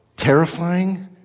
terrifying